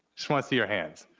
just wanna see your hands.